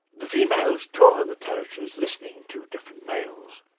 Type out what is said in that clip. the females tour the territories listening to different males.